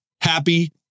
Happy